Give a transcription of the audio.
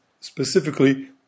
specifically